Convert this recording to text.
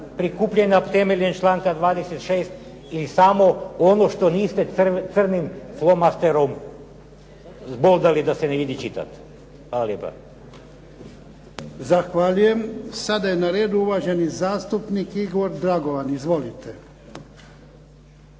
prikupljena temeljem članka 26. ili samo ono što niste crnim flomasterom boldali da se ne vidi čitati? Hvala lijepo. **Jarnjak, Ivan (HDZ)** Zahvaljujem. Sada je na redu uvaženi zastupnik Igor Dragovan. Izvolite.